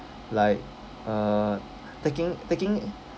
like uh taking taking